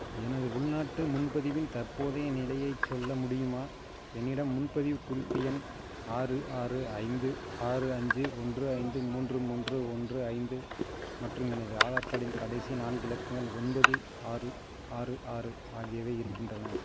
எனது உள்நாட்டு முன்பதிவின் தற்போதைய நிலையைச் சொல்ல முடியுமா என்னிடம் முன்பதிவு குறிப்பு எண் ஆறு ஆறு ஐந்து ஆறு அஞ்சு ஒன்று ஐந்து மூன்று மூன்று ஒன்று ஐந்து மற்றும் எனது ஆதார் கார்டின் கடைசி நான்கு இலக்கங்கள் ஒன்பது ஆறு ஆறு ஆறு ஆகியவை இருக்கின்றன